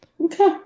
Okay